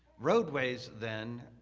roadways then,